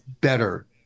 better